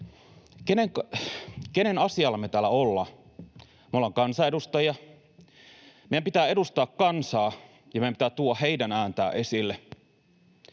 Kenen asialla me täällä ollaan? Me ollaan kansanedustajia — meidän pitää edustaa kansaa ja meidän pitää tuoda heidän ääntään esille.